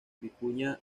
vicuña